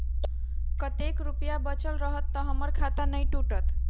कतेक रुपया बचल रहत तऽ हम्मर खाता नै टूटत?